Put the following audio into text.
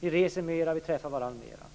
Vi reser mera och vi träffar varandra mera.